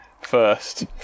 first